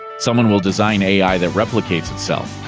someone will design ai that replicates itself.